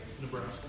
Nebraska